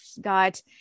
got